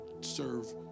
serve